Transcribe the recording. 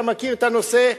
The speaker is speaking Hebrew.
אתה מכיר את הנושא,